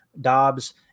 Dobbs